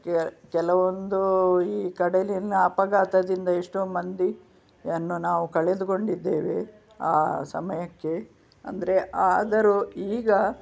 ಕೆಲವೊಂದು ಈ ಕಡಲಿನ ಅಪಘಾತದಿಂದ ಎಷ್ಟೋ ಮಂದಿಯನ್ನು ನಾವು ಕಳೆದುಕೊಂಡಿದ್ದೇವೆ ಆ ಸಮಯಕ್ಕೆ ಅಂದರೆ ಆದರು ಈಗ